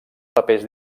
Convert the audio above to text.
papers